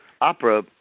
opera